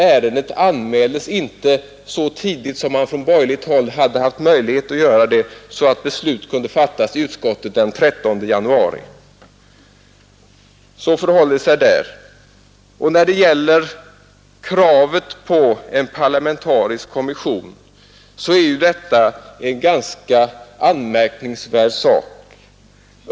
Ärendet anmäldes inte så tidigt som man från borgerligt håll hade haft möjlighet att göra, så att beslut hade kunnat fattas i utskottet den 13 januari. Så förhåller det sig på den punkten. Kravet på en parlamentarisk kommission är en ganska anmärkningsvärd sak.